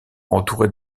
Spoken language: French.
entouré